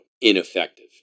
ineffective